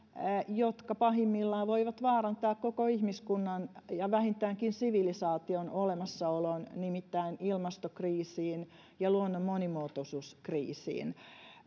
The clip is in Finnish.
jotka pahimmillaan voivat vaarantaa koko ihmiskunnan ja vähintäänkin sivilisaation olemassaolon nimittäin ilmastokriisiin ja luonnon monimuotoisuuden kriisiin